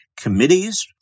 committees